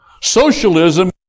Socialism